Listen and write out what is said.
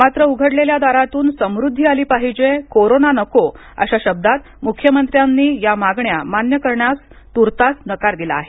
मात्र उघडलेल्या दारातून समृद्धी आली पाहिजे कोरोना नको अशा शब्दात मूख्यमंत्र्यांनी या मागण्या मान्य करण्यास तूर्तास नकार दिला आहे